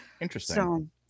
interesting